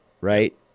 right